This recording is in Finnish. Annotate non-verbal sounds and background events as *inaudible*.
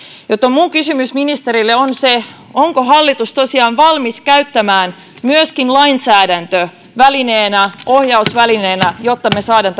joten minun kysymykseni ministerille on onko hallitus tosiaan valmis käyttämään myöskin lainsäädäntöä ohjausvälineenä ohjausvälineenä jotta me saamme *unintelligible*